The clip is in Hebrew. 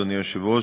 אדוני היושב-ראש,